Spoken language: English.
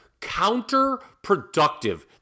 counterproductive